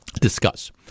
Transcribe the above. discuss